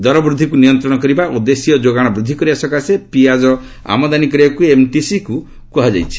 ଦର ବୃଦ୍ଧିକ୍ ନିୟନ୍ତ୍ରଣ କରିବା ଓ ଦେଶୀୟ ଯୋଗାଣ ବୃଦ୍ଧି କରିବା ସକାଶେ ପିଆଜ ଆମଦାନୀ କରିବାକ୍ର ଏମ୍ଏମ୍ଟିସିକ୍ କ୍ରହାଯାଇଛି